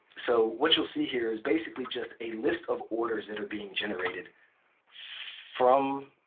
so what you'll see here is basically just a list of orders that are being generated from